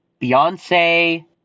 Beyonce